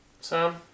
Sam